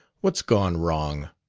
what's gone wrong?